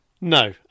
No